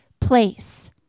place